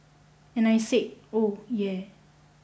and I said oh yeah